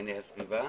בענייני הסביבה.